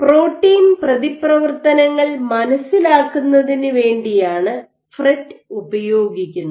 protein പ്രതിപ്രവർത്തനങ്ങൾ മനസ്സിലാക്കുന്നതിന് വേണ്ടിയാണ് ഫ്രെറ്റ് ഉപയോഗിക്കുന്നത്